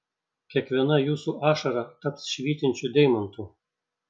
kiekviena jūsų ašara taps švytinčiu deimantu